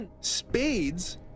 Spades